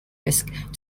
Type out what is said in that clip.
risk